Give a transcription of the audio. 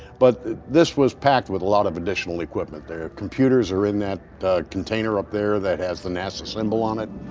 but this was packed with a lot of additional equipment there. computers are in that container up there that has the nasa symbol on it,